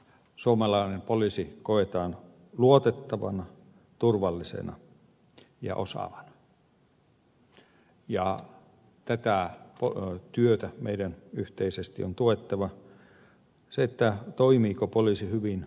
suomalainen poliisi koetaan luotettavana turvallisena ja osaavana ja tätä työtä meidän yhteisesti on tuettava setälä toimi kop olisi hyvin